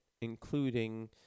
including